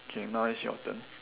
okay now it's your turn